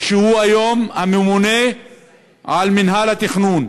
שהוא היום הממונה על מינהל התכנון,